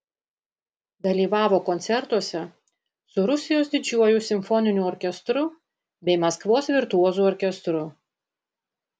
dalyvavo koncertuose su rusijos didžiuoju simfoniniu orkestru bei maskvos virtuozų orkestru